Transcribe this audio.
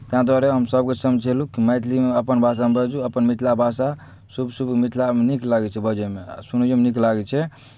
तैँ दुआरे हमसभकेँ समझेलहुँ कि मैथिलीमे अपन भाषामे बाजू अपन मिथिला भाषा शुभ शुभ मिथिलामे नीक लगै छै बजयमे सुनैओमे नीक लागै छै